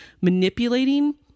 manipulating